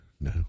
No